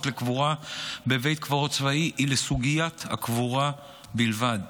לקבורה בבית קברות צבאי היא לסוגיית הקבורה בלבד.